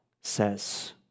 says